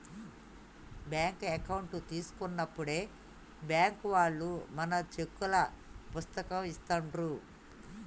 bank account తీసుకున్నప్పుడే bank వాళ్ళు మనకు చెక్కుల పుస్తకం ఇస్తాండ్రు